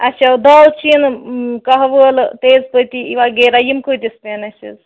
اچھا دالچیٖن کہوٕ عٲلہٕ تیز پتی وغیرہ یِم کۭتس پیٚن اَسہِ حظ